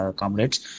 comrades